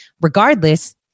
Regardless